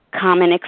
common